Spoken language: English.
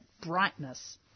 brightness